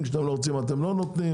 כשאתם לא רוצים אתם לא נותנים.